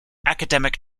academic